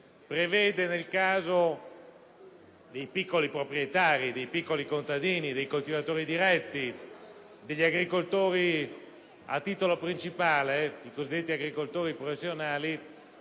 prevede, nel caso dei piccoli proprietari, dei piccoli contadini, dei coltivatori diretti, gli agricoltori a titolo principale, i cosiddetti agricoltori professionali,